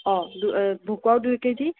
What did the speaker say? অঁ ভকুৱাও দুই কেজি